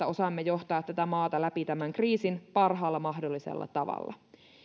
osaamme johtaa tätä maata läpi tämän kriisin parhaalla mahdollisella tavalla